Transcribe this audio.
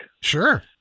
Sure